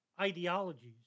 ideologies